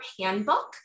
Handbook